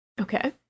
okay